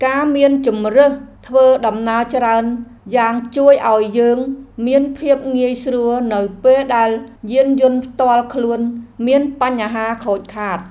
ការមានជម្រើសធ្វើដំណើរច្រើនយ៉ាងជួយឱ្យយើងមានភាពងាយស្រួលនៅពេលដែលយានយន្តផ្ទាល់ខ្លួនមានបញ្ហាខូចខាត។